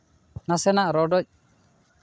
ᱱᱟᱥᱮᱱᱟᱜ ᱨᱚᱰᱚᱡ